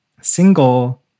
single